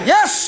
Yes